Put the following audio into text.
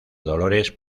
dolores